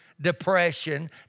depression